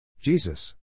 Jesus